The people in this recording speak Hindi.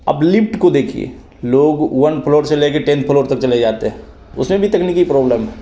अब लिफ्ट को देखिए लोग वन फ्लोर से लेके टेन फ्लोर तक चले जाते हैं उसमें भी तकनीकी प्रोबलम है